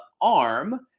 arm